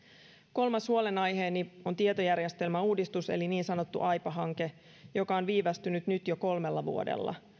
kolmas huolenaiheeni on tietojärjestelmäuudistus eli niin sanottu aipa hanke joka on viivästynyt nyt jo kolmella vuodella